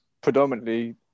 predominantly